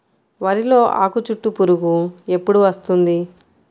వరిలో ఆకుచుట్టు పురుగు ఎప్పుడు వస్తుంది?